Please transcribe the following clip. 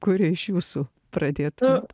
kuri iš jūsų pradėtumėt